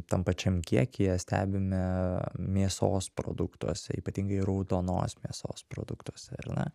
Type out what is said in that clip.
tam pačiam kiekyje stebime mėsos produktuose ypatingai raudonos mėsos produktuose ar ne